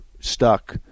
stuck